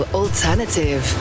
alternative